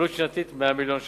עלות שנתית, 100 מיליון ש"ח.